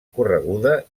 correguda